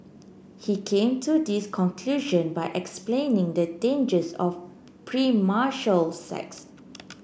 he came to this conclusion by explaining the dangers of premarital sex